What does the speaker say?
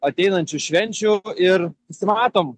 ateinančių švenčių ir susimatom